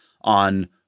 on